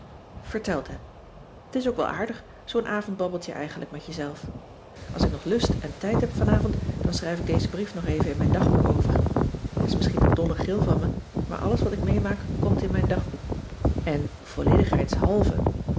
verteld heb t is ook wel aardig zoo'n avondbabbeltje eigenlijk met jezelf als ik nog lust en tijd heb vanavond dan schrijf ik dezen brief nog even in mijn dagboek over t is misschien een dolle gril van me maar alles wat ik meemaak komt in mijn dagboek